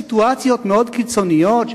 בסיטואציות מאוד קיצוניות,